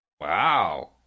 wow